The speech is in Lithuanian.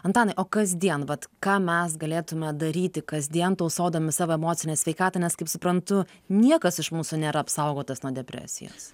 antanai o kasdien vat ką mes galėtume daryti kasdien tausodami savo emocinę sveikatą nes kaip suprantu niekas iš mūsų nėra apsaugotas nuo depresijos